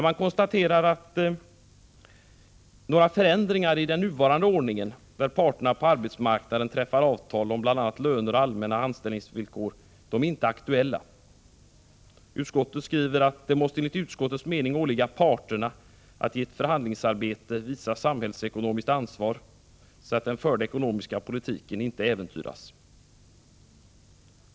Man konstaterar att några förändringar i den nuvarande ordningen, där parterna på arbetsmarknaden träffar avtal om bl.a. löner och allmänna anställningsvillkor, inte är aktuella. Man skriver att det enligt utskottets mening måste åligga parterna att i ett förhandlingsarbete visa samhällsekonomiskt ansvar, så att den förda ekonomiska politiken inte äventyras.